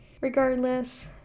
regardless